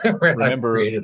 Remember